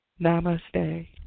Namaste